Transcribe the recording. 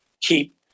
keep